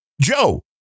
Joe